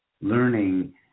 learning